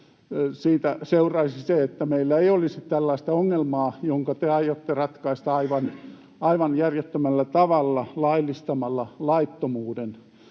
siitä seuraisi myös se, että meillä ei olisi tällaista ongelmaa, jonka te aiotte ratkaista aivan järjettömällä tavalla laillistamalla laittomuuden.